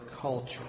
culture